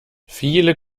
viele